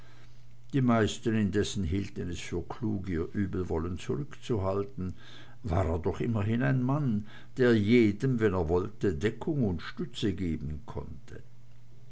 die meisten indessen hielten es für klug ihr übelwollen zurückzuhalten war er doch immerhin ein mann der jedem wenn er wollte deckung und stütze geben konnte